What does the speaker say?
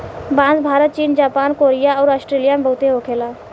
बांस भारत चीन Japan Korea अउर आस्ट्रेलिया में बहुते होखे ला